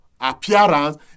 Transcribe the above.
appearance